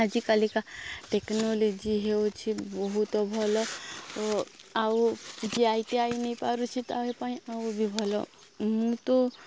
ଆଜିକାଲିକା ଟେକ୍ନୋଲୋଜି ହେଉଛି ବହୁତ ଭଲ ଓ ଆଉ ଯାଇତେ ଆଇ ନେଇ ପାରୁଛି ତା ପାଇଁ ଆଉ ବି ଭଲ ମୁଁ ତ